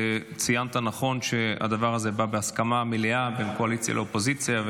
וציינת נכון שהדבר הזה בא בהסכמה מלאה בין קואליציה לאופוזיציה,